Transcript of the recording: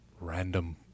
random